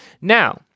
Now